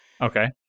Okay